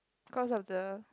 cause of the